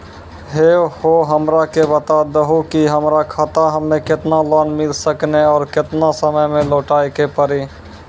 है हो हमरा के बता दहु की हमार खाता हम्मे केतना लोन मिल सकने और केतना समय मैं लौटाए के पड़ी?